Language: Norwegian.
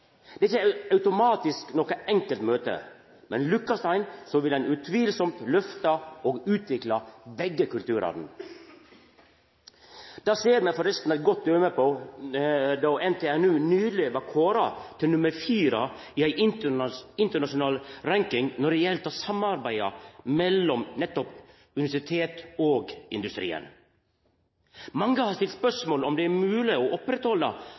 Det er ikkje automatisk noko enkelt møte, men lukkast ein, vil ein utvilsamt lyfta og utvikla begge kulturane. Det ser me forresten eit godt døme på då NTNU nyleg vart kåra til nr. 4 i ei internasjonal ranking når det gjeld samarbeid mellom nettopp universitet og industrien. Mange har stilt spørsmål ved om det er mogleg å